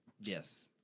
Yes